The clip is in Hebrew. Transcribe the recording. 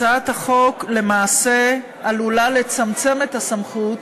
הצעת החוק למעשה עלולה לצמצם את הסמכות